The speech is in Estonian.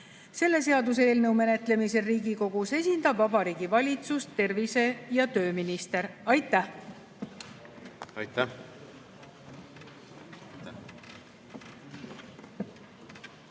Selle seaduseelnõu menetlemisel Riigikogus esindab Vabariigi Valitsust tervise‑ ja tööminister. Aitäh!